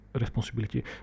responsibility